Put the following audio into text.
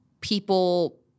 people